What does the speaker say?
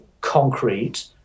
concrete